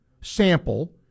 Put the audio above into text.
sample